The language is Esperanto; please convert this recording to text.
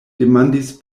demandis